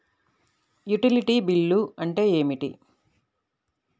Utility bill అంటే ఏమిటి?